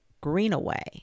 Greenaway